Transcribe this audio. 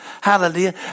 hallelujah